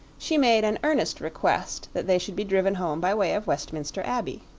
she made an earnest request that they should be driven home by way of westminster abbey.